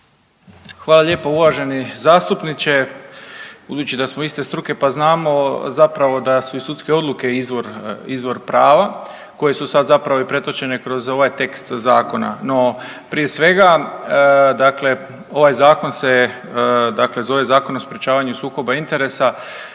Hvala lijepo uvaženi zastupniče. Budući da smo iste struke pa znamo zapravo da su i sudske odluke izvor prava koje su sad zapravo i pretočene kroz ovaj tekst zakona. No, prije svega dakle ovaj Zakon se dakle zove Zakon o sprječavanju sukoba interesa,